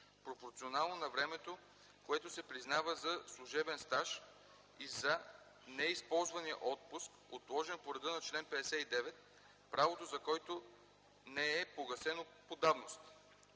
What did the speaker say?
пропорционално на времето, което се признава за служебен стаж, и за неизползвания отпуск, отложен по реда на чл. 59, правото за който не е погасено по давност.”;